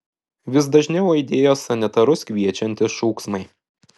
vis dažniau aidėjo sanitarus kviečiantys šūksmai